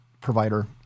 provider